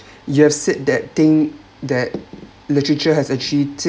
you’ve have said that think that literature has think